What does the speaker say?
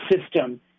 system